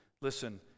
Listen